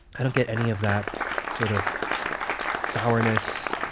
i don't get any of that sort of sourness.